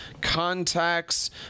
contacts